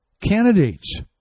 candidates